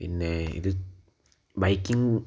പിന്നെ ഇത് ബൈക്കിങ്ങ്